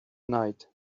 night